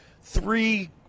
three